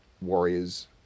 Warriors